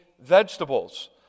vegetables